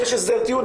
יש הסדר טיעון,